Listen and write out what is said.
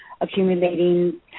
accumulating